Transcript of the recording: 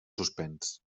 suspens